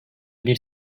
bir